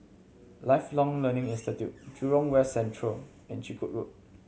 Lifelong Learning Institute Jurong West Central and Chiku Road